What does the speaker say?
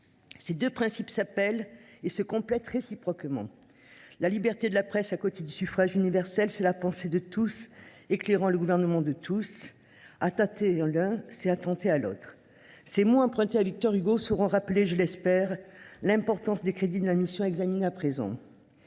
Ces deux principes s’appellent et se complètent réciproquement. La liberté de la presse à côté du suffrage universel, c’est la pensée de tous éclairant le gouvernement de tous. Attenter à l’un, c’est attenter à l’autre. » Ces mots empruntés à Victor Hugo sauront rappeler, je l’espère, l’importance des crédits de la mission examinée à présent.